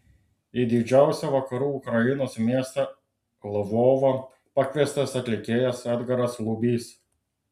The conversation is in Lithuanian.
į didžiausią vakarų ukrainos miestą lvovą pakviestas atlikėjas edgaras lubys